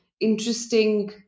interesting